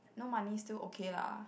no money still okay lah